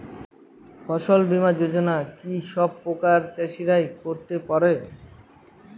ফসল বীমা যোজনা কি সব প্রকারের চাষীরাই করতে পরে?